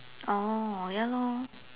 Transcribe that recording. oh ya lor